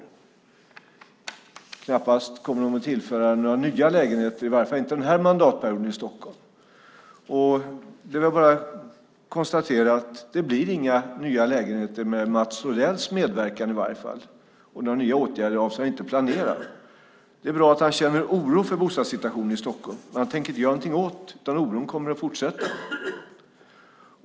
Detta kommer knappast att tillföra några nya lägenheter i Stockholm, i varje fall inte under den här mandatperioden. Det är väl bara att konstatera att det inte blir några nya lägenheter, inte med Mats Odells medverkan i varje fall. Några nya åtgärder är inte planerade. Det är bra att han känner oro för bostadssituationen i Stockholm. Men han tänker inte göra någonting åt den. Oron kommer att fortsätta.